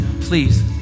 Please